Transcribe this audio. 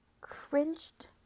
cringed